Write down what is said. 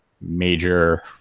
major